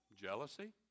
Jealousy